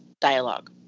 dialogue